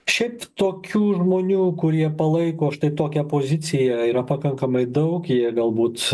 šiaip tokių žmonių kurie palaiko štai tokią poziciją yra pakankamai daug jie galbūt